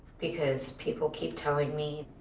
because people keep telling me,